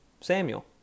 Samuel